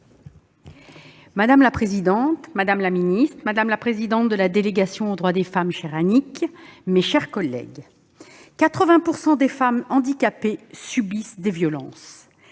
Madame la présidente, madame la secrétaire d'État, madame la présidente de la délégation aux droits des femmes, chère Annick Billon, mes chers collègues, 80 % des femmes handicapées subissent des violences.